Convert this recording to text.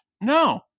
no